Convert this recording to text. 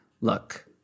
Look